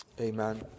Amen